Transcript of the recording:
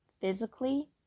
physically